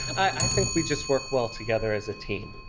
i think we just work well together as a team.